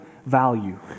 value